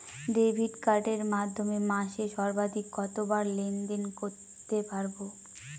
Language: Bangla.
ডেবিট কার্ডের মাধ্যমে মাসে সর্বাধিক কতবার লেনদেন করতে পারবো?